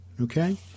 Okay